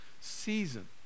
season